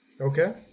Okay